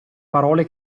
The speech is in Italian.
parole